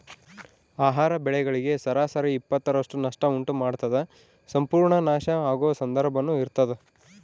ಆಹಾರ ಬೆಳೆಗಳಿಗೆ ಸರಾಸರಿ ಇಪ್ಪತ್ತರಷ್ಟು ನಷ್ಟ ಉಂಟು ಮಾಡ್ತದ ಸಂಪೂರ್ಣ ನಾಶ ಆಗೊ ಸಂದರ್ಭನೂ ಇರ್ತದ